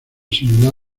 similar